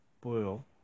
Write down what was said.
boil